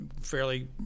fairly